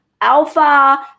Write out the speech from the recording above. alpha